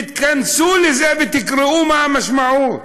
תתכנסו לזה ותקראו מה המשמעות,